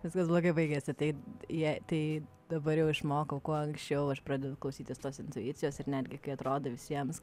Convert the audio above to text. viskas blogai baigėsi tai jie tai dabar jau išmokau kuo anksčiau aš pradedu klausytis tos intuicijos ir netgi kai atrodo visiems